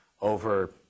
over